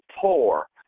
poor